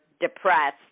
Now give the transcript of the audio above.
depressed